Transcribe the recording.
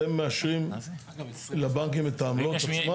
אתם מאשרים לבנקים את העמלות עצמן?